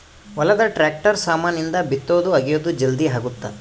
ಹೊಲದ ಟ್ರಾಕ್ಟರ್ ಸಾಮಾನ್ ಇಂದ ಬಿತ್ತೊದು ಅಗಿಯೋದು ಜಲ್ದೀ ಅಗುತ್ತ